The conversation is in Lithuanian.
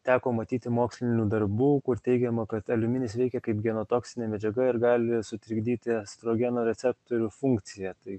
teko matyti mokslinių darbų kur teigiama kad aliuminis veikia kaip genotoksinė medžiaga ir gali sutrikdyti estrogeno receptorių funkciją tai